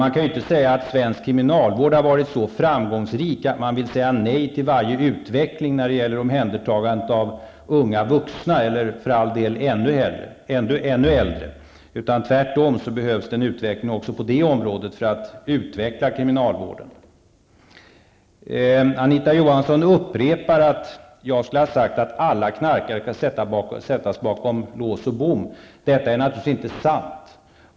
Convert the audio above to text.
Man kan ju inte säga att svensk kriminalvård har varit så framgångsrik att man vill säga nej till varje utveckling när det gäller omhändertagande av unga vuxna -- eller för all del ännu äldre. Det behövs tvärtom en utveckling också på det området inom kriminalvården. Anita Johansson upprepar att jag skulle ha sagt att alla knarkare bör sättas bakom lås och bom. Detta är naturligtvis inte sant.